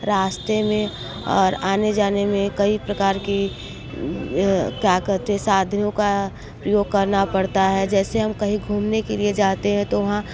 रास्ते में और आने जाने में कई प्रकार की क्या करते साथियों का प्रयोग करना पड़ता है जैसे हम कहीं घूमने के लिए जाते हैं तो वहाँ